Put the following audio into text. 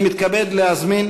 אני מתכבד להזמין